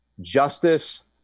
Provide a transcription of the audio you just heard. justice